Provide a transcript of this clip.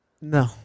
No